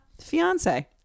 fiance